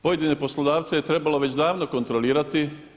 Pojedine poslodavce je trebalo već davno kontrolirati.